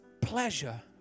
pleasure